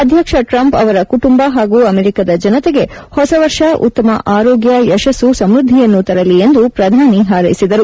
ಅಧ್ಯಕ್ಷ ಟ್ರಂಪ್ ಅವರ ಕುಟುಂಬ ಪಾಗೂ ಅಮೆರಿಕದ ಜನತೆಗೆ ಹೊಸವರ್ಷ ಉತ್ತಮ ಆರೋಗ್ಯ ಯಶಸ್ಸು ಸಮೃದ್ಧಿಯನ್ನು ತರಲಿ ಎಂದು ಪ್ರಧಾನಿ ಮಂತ್ರಿ ಪಾರೈಸಿದರು